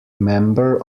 member